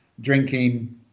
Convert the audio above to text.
drinking